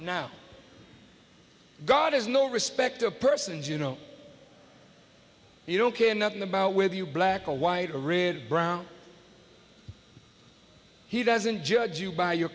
now god is no respecter of persons you know you don't care nothing about whether you black or white or red brown he doesn't judge you by your